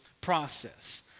process